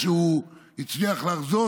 שהוא הצליח לרזות,